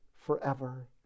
forever